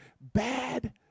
Bad